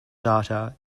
data